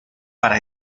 para